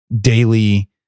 daily